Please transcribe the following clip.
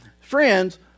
friends